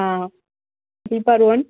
ah three four one